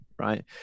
Right